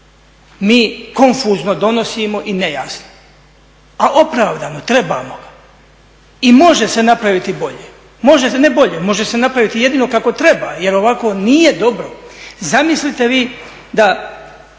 Mi konfuzno donosimo i nejasno, a opravdano trebamo ga. I može se napraviti bolje, ne bolje, može se napraviti jedino kako treba jer ovako nije dobro. Zamislite vi da